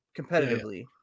competitively